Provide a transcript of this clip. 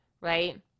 right